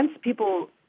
people